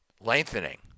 lengthening